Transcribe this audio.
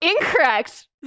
Incorrect